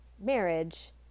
marriage